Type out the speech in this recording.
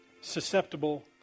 susceptible